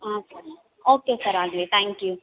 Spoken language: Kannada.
ಹಾಂ ಸರ್ ಓಕೆ ಸರ್ ಆಗಲಿ ತ್ಯಾಂಕ್ ಯು